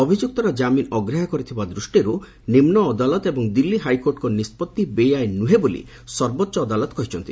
ଅଭିଯୁକ୍ତର ଜାମିନ୍ ଅଗ୍ରାହ୍ୟ କରିଥିବା ଦୂଷ୍ଟିରୁ ନିମ୍ନ ଅଦାଲତ ଏବଂ ଦିଲ୍ଲୀ ହାଇକୋର୍ଟଙ୍କ ନିଷ୍କଭି ବେଆଇନ ନୁହେଁ ବୋଲି ସର୍ବୋଚ୍ଚ ଅଦାଲତ କହିଛନ୍ତି